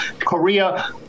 Korea